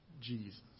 Jesus